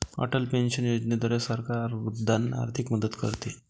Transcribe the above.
Atal pension योजनेद्वारे सरकार वृद्धांना आर्थिक मदत करते